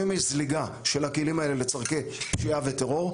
היום יש זליגה של הכלים האלה לצורכי פשיעה וטרור,